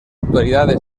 actualidad